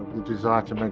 the desire to